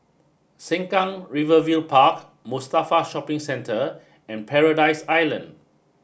Sengkang river view Park Mustafa Shopping Centre and Paradise Island